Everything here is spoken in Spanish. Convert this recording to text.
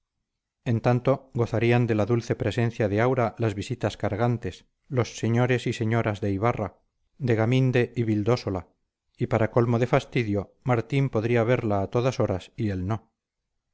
en tanto gozarían de la dulce presencia de aura las visitas cargantes los señores y señoras de ibarra de gaminde y vildósola y para colmo de fastidio martín podría verla a todas horas y él no